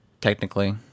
technically